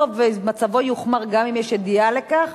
ומצבו יוחמר גם אם יש ידיעה על כך,